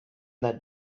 that